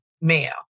male